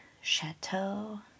Chateau